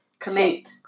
commit